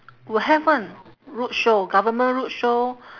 will have [one] road show government road show